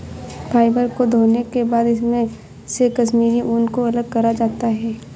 fibre को धोने के बाद इसमे से कश्मीरी ऊन को अलग करा जाता है